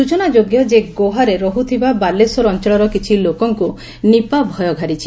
ସୂଚନାଯୋଗ୍ୟ ଯେ ଗୋଆରେ ରହୁଥିବା ବାଲେଶ୍ୱର ଅଞ୍ଚଳର କିଛି ଲୋକଙ୍ଙୁ 'ନିପା' ଭୟ ଘାରିଛି